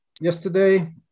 yesterday